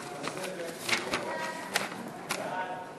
להעביר את הצעת חוק המלווה (חברות ביטוח)